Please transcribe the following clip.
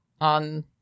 on